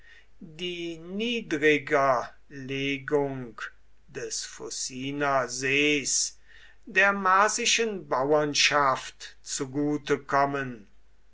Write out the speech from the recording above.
die niedrigerlegung des fuciner sees der marsischen bauernschaft zugute kommen